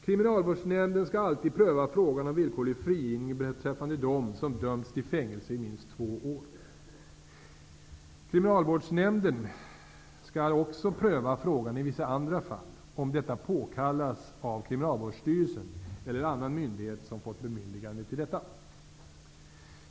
Kriminialvårdsnämnden skall alltid pröva frågan om villkorlig frigivning beträffande dem som dömts till fängelse i minst två år. Kriminalvårdsnämnden skall också pröva frågan i vissa andra fall, om detta påkallas av Kriminalvårdsstyrelsen eller annan myndighet som fått bemyndigande till detta.